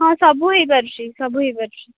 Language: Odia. ହଁ ସବୁ ହୋଇପାରୁଛି ସବୁ ହୋଇପାରୁଛି